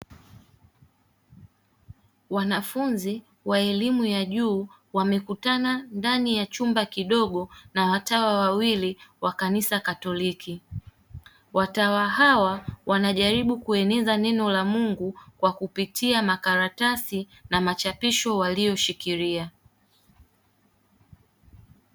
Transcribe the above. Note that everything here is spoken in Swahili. Wanafunzi wa elimu ya juu wamekutana ndani ya chumba kidogo na watawa wawili wa kanisa katoliki, Watawa hao wanajaribu kueneza neno la Mungu kwa kupitia makaratasi na machapisho waliyoshikilia.